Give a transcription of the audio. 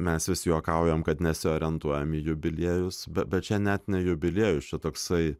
mes vis juokaujam kad nesiorientuojam į jubiliejus bet čia net ne jubiliejus čia toksai